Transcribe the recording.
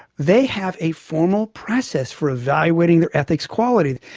they have a formal process for evaluating their ethics quality,